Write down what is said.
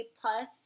Plus